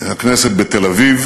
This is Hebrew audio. הכנסת בתל-אביב,